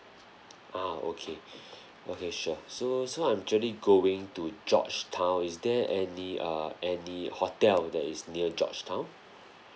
ah okay okay sure so so I'm actually going to georgetown is there any err any hotel that is near georgetown